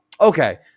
Okay